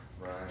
Right